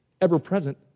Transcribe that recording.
ever-present